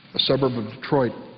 a suburb of detroit.